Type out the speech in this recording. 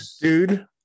dude